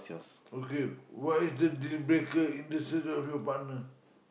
okay what is the deal breaker in the search of your partner